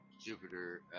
Jupiter